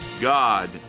God